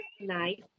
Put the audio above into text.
Nice